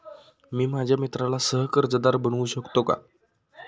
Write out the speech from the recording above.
मी माझ्या मित्राला सह कर्जदार बनवू शकतो का?